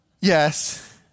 Yes